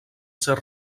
ser